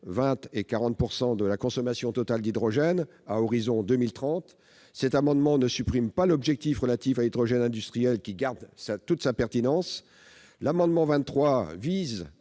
dans la consommation totale d'hydrogène à l'horizon 2030. En outre, cet amendement ne supprime pas l'objectif relatif à l'hydrogène industriel, qui garde toute sa pertinence. L'amendement n° 23,